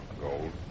Gold